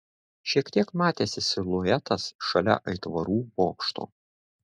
šiek tiek matėsi siluetas šalia aitvarų bokšto